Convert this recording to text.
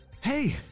Hey